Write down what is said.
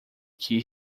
que